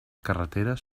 carreteres